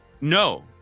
No